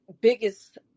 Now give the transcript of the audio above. biggest